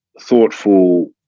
thoughtful